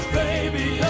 baby